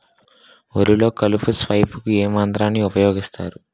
వరిలో కలుపు స్ప్రేకు ఏ యంత్రాన్ని ఊపాయోగిస్తారు?